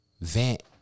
vent